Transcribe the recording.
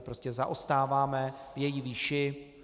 Prostě zaostáváme v její výši.